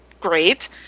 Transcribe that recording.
great